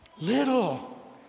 little